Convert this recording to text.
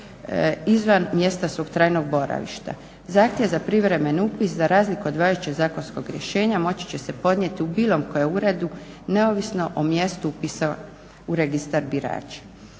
izvan mjesta svog trajnog boravišta. Zahtjev za privremeni upis za razliku od važećeg zakonskog rješenja moći se podnijeti u bilo kojem uredu neovisno o mjestu upisa u registar birača.